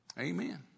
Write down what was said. Amen